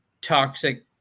toxic